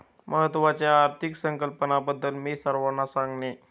महत्त्वाच्या आर्थिक संकल्पनांबद्दल मी सर्वांना सांगेन